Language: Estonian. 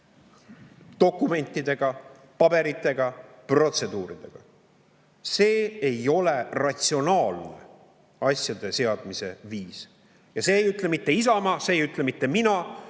dokumentidega, paberitega, protseduuridega. See ei ole ratsionaalne asjade seadmise viis! Ja seda ei ütle mitte Isamaa, ei ütle mitte mina,